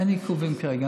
אין עיכובים כרגע.